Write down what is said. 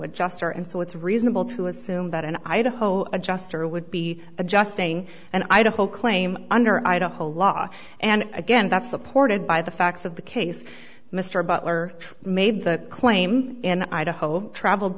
adjuster and so it's reasonable to assume that an idaho adjuster would be adjusting and i do hope claim under idaho law and again that's supported by the facts of the case mr butler made that claim in idaho traveled